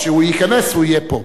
הוא פה, אז כשהוא ייכנס הוא יהיה פה.